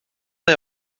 hij